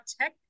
tech